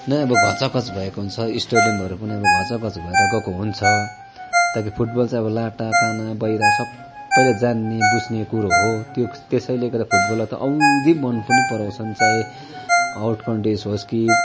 नै अब घचाघच भएको हुन्छ स्टेडियमहरू पनि अब घचाघच भएर गएको हुन्छ ताकि फुटबल चाहिँ लाटा काना बहिरा सबैले जान्ने बुझ्ने कुरो हो त्यो त्यसैले गर्दा फुटबललाई त औधी मन पनि पराउँछन् चाहे आउट कन्ट्री होस् कि